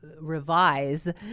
revise